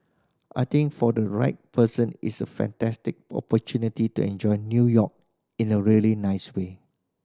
I think for the right person it's a fantastic opportunity to enjoy New York in a really nice way